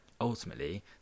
ultimately